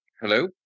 Hello